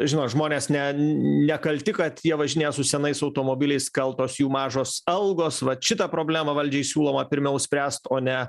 žinot žmonės nekalti kad jie važinėja su senais automobiliais kaltos jų mažos algos vat šitą problemą valdžiai siūloma pirmiau spręst o ne